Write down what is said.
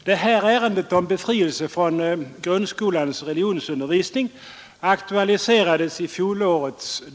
Herr talman! Frågan om befrielse från grundskolans religionsunder visning aktualiserades i fjol.